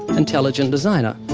intelligent designer,